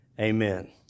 Amen